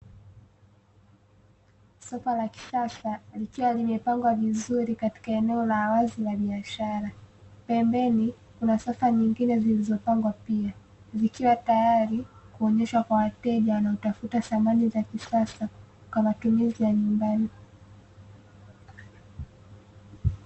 Sofa la kisasa likiwa limepangwa vizuri katika eneo la wazi la biashara pembeni kuna sofa nyingine zilizopangwa pia zikiwa tayari kuonyeshwa kwa wateja wanao tafuta samani za kisasa kwa matumizi ya nyumbani.